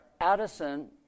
Addison